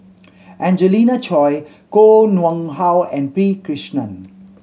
Angelina Choy Koh Nguang How and P Krishnan